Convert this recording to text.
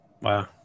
Wow